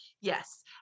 Yes